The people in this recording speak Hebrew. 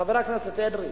חבר הכנסת אדרי,